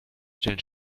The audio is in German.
stellen